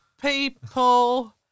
People